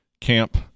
camp